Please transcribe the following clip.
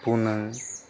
ᱯᱩᱱᱟᱹᱜ